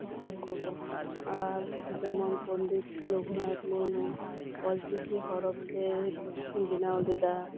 ᱩᱱᱠᱩ ᱠᱩ ᱟᱨ ᱡᱮᱢᱚᱱ ᱯᱚᱸᱰᱤᱛ ᱨᱚᱜᱷᱩᱱᱟᱛᱷ ᱢᱩᱨᱢᱩ ᱚᱞᱪᱤᱠᱤ ᱦᱚᱨᱚᱯᱷ ᱛᱮᱭ ᱵᱮᱱᱟᱣ ᱞᱮᱫᱟ